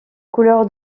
couleur